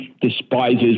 despises